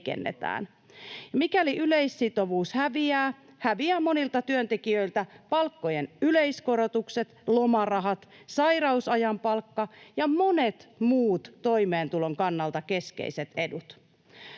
Mikäli yleissitovuus häviää, häviää monilta työntekijöiltä palkkojen yleiskorotukset, lomarahat, sairausajan palkka ja monet muut toimeentulon kannalta keskeiset edut.